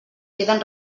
queden